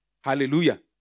Hallelujah